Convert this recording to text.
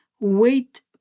wait